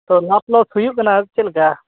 ᱛᱚ ᱞᱟᱵ ᱞᱚᱥ ᱦᱩᱭᱩᱜ ᱠᱟᱱᱟ ᱪᱮᱫ ᱞᱮᱠᱟ